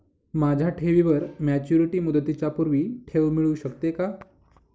माझ्या ठेवीवर मॅच्युरिटी मुदतीच्या पूर्वी ठेव मिळू शकते का?